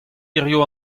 hiziv